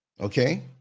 okay